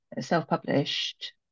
self-published